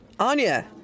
Anya